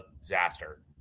disaster